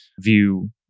view